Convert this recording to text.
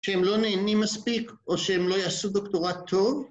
שהם לא נהנים מספיק או שהם לא יעשו דוקטורט טוב